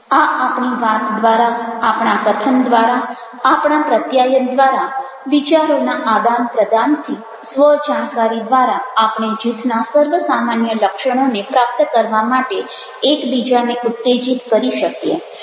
આ આપણી વાત દ્વારા આપણા કથન દ્વારા આપણા પ્રત્યાયન દ્વારા વિચારોના આદાન પ્રદાનથી સ્વ જાણકારી દ્વારા આપણે જૂથના સર્વસામાન્ય લક્ષણોને પ્રાપ્ત કરવા માટે એકબીજાને ઉત્તેજિત કરી શકીએ